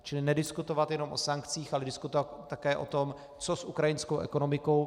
Čili nediskutovat jenom o sankcích, ale diskutovat také o tom, co s ukrajinskou ekonomikou.